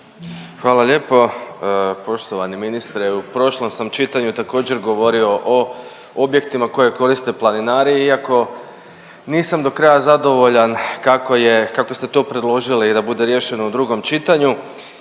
Hvala lijepo. Poštovani ministre, u prošlom sam čitanju također govorio o objektima koje koriste planinari iako nisam do kraja zadovoljan kako je, kako ste to predložili da bude riješeno u drugom čitanju.